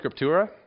scriptura